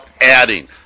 adding